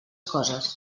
coses